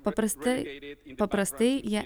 paprastai paprastai jie